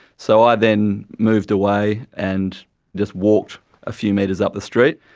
so i then moved away and just walked a few metres up the street.